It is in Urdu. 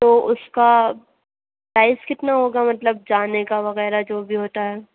تو اُس کا پرائز کتنا ہوگا مطلب جانے کا وغیرہ جو بھی ہوتا ہے